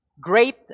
great